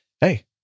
Hey